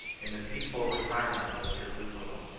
in the peaceful retirement of jerusalem.